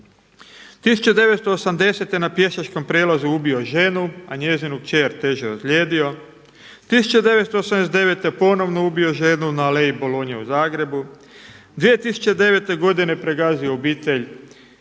1980. na pješačkom prijelazu ubio ženu a njezinu kćer teže ozlijedio, 1989. ponovno ubio ženu na Aleji Bolonje u Zagrebu, 2009. godine pregazio obitelj